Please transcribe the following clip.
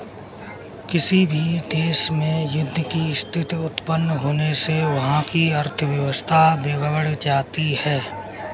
किसी भी देश में युद्ध की स्थिति उत्पन्न होने से वहाँ की अर्थव्यवस्था बिगड़ जाती है